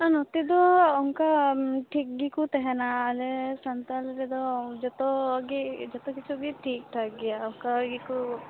ᱟᱨ ᱱᱚᱛᱮ ᱫᱚ ᱚᱱᱠᱟ ᱴᱷᱤᱠ ᱜᱮᱠᱚ ᱛᱟᱦᱮᱸᱱᱟ ᱟᱞᱮ ᱥᱟᱱᱛᱟᱲ ᱨᱮᱫᱚ ᱡᱚᱛᱚ ᱜᱮ ᱡᱷᱚᱛᱚ ᱠᱤᱪᱷᱩᱜᱮ ᱴᱷᱤᱠ ᱴᱷᱟᱠ ᱜᱮᱭᱟ ᱚᱱᱠᱟ ᱜᱮᱠᱚ